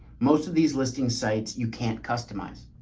most of these listing sites you can't customize.